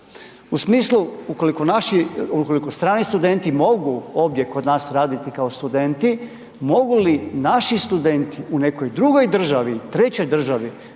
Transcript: naši, ukoliko strani studenti mogu ovdje kod nas raditi kao studenti, mogu li naši studenti u nekoj drugoj državi, trećoj državi,